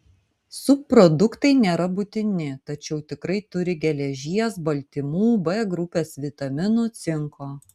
subproduktai nėra būtini tačiau tikrai turi geležies baltymų b grupės vitaminų cinko